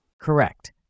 Correct